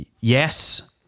Yes